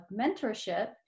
mentorship